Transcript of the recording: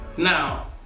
Now